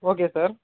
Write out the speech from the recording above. okay sir